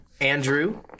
Andrew